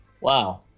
Wow